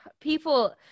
people